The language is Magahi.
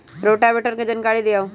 रोटावेटर के जानकारी दिआउ?